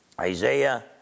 Isaiah